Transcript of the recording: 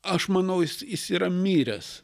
aš manau jis jis yra miręs